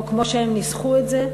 או כמו שהם ניסחו את זה,